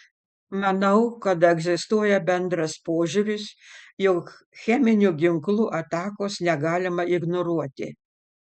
manau kad egzistuoja bendras požiūris jog cheminių ginklų atakos negalima ignoruoti